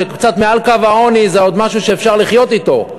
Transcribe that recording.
שקצת מעל קו העוני זה עוד משהו שאפשר לחיות אתו,